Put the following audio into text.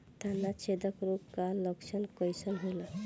तना छेदक रोग का लक्षण कइसन होला?